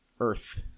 earth